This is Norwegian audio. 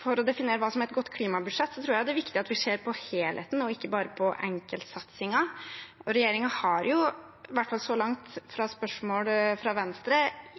For å definere hva som er et godt klimabudsjett, tror jeg det er viktig at vi ser på helheten og ikke bare på enkeltsatsinger, og regjeringen har så langt på spørsmål fra Venstre